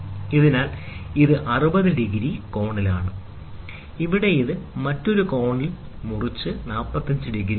അതിനാൽ ഇത് 60 ഡിഗ്രി കോണിലാണ് ഇവിടെ ഇത് മറ്റൊരു കോണിൽ മുറിച്ച് 45 ഡിഗ്രിയാണ്